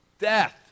Death